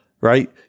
right